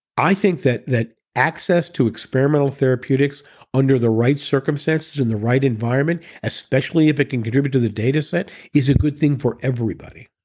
i think that that access to experimental therapeutics under the right circumstances in the right environment especially if it can contribute to the dataset is a good thing for everybody.